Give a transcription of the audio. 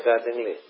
accordingly